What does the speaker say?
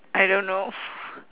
I don't know